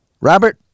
Robert